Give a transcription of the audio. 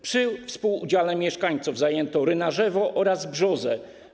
Przy współudziale mieszkańców zajęto Rynarzewo oraz Brzozę.